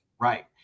Right